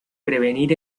prevenir